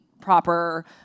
proper